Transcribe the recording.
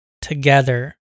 together